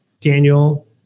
Daniel